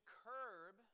curb